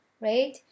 right